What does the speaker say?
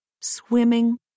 swimming